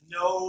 no